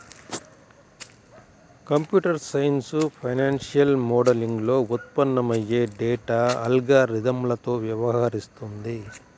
computer science financial మోడలింగ్లో ఉత్పన్నమయ్యే data అల్గారిథమ్లతో వ్యవహరిస్తుంది